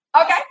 Okay